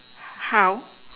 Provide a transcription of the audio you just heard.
how